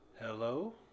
Hello